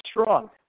strong